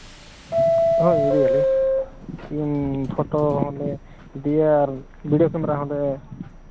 ᱤᱧ ᱯᱷᱳᱴᱳ ᱦᱚᱸᱞᱮ ᱤᱫᱤᱭᱟ ᱟᱨ ᱵᱷᱤᱰᱤᱭᱳ ᱠᱮᱢᱮᱨᱟ ᱦᱚᱸᱞᱮ